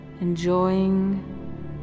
enjoying